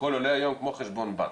שכל עולה היום כמו חשבון בנק,